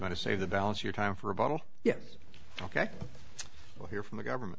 to say the balance your time for a bottle yeah ok we'll hear from the government